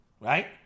Right